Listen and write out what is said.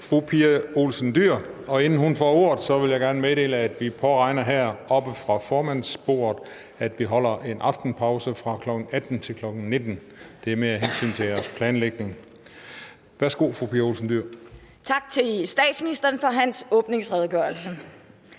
fru Pia Olsen Dyhr. Og inden hun får ordet, vil jeg gerne meddele, at vi heroppe fra formandsbordet påregner, at vi holder en aftenpause fra kl. 18 til kl. 19. Det er mere af hensyn til jeres planlægning. Værsgo, fru Pia Olsen Dyhr. Kl. 17:05 (Ordfører) Pia Olsen Dyhr (SF): Tak til statsministeren for hans åbningsredegørelse.